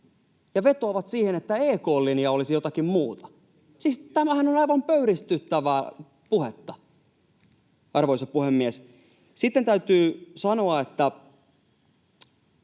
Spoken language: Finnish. ja vetoavat siihen, että EK:n linja olisi jotakin muuta. Siis tämähän on aivan pöyristyttävää puhetta. Arvoisa puhemies! Sitten täytyy sanoa, että